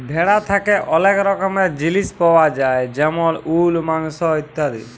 ভেড়া থ্যাকে ওলেক রকমের জিলিস পায়া যায় যেমল উল, মাংস ইত্যাদি